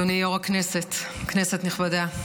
אדוני יו"ר הכנסת, כנסת נכבדה,